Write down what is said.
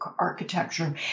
architecture